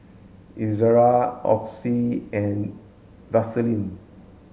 Ezerra Oxy and Vaselin